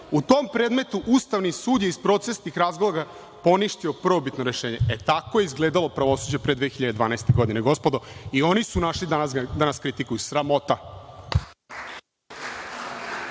U tom predmetu je Ustavni sud iz procesnih razloga poništio prvobitno rešenje. E, tako je izgledalo pravosuđe pre 2012. godine, gospodo, i oni su našli da nas kritikuju. Sramota.